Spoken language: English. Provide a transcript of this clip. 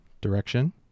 direction